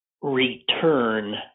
return